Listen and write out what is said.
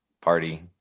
party